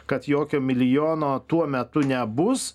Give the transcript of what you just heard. kad jokio milijono tuo metu nebus